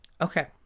Okay